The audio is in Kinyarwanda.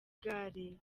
gare